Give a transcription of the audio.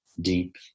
deep